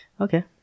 okay